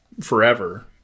forever